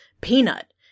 peanut